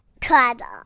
Cuddle